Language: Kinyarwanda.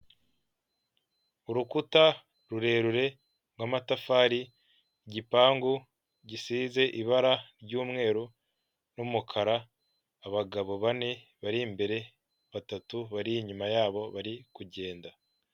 By'ibanze wakora mu gihe habayeho gusohoka kwa gaze, mu gihe uri nko mu nzu ushobora gusohoka cyangwa ugakoresha ubundi buryo bwakurinda kugira ngo itaza kukwangiza.